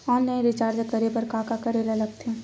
Online recharge करे बर का का करे ल लगथे?